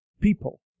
people